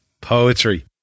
Poetry